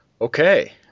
Okay